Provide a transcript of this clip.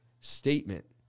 statement